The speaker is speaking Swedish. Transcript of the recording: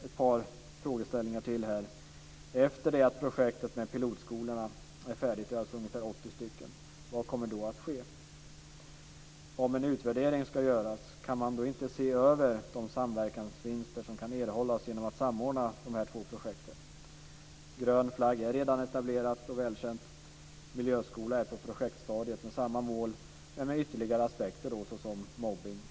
Jag har ytterligare några frågor. Efter det att projektet med pilotskolorna är färdigt - det handlar om ca 80 stycken - vad kommer då att ske? Om en utvärdering ska göras, kan man då inte se över de samverkansvinster som kan erhållas genom att samordna dessa två projekt? Grön Flagg-projektet är redan etablerat och välkänt. Skolverkets Miljöskolaprojekt är på projektstadiet, har samma mål men med ytterligare aspekter som mobbning och demokrati.